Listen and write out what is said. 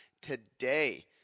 Today